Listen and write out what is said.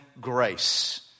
grace